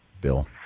Bill